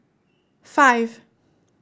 five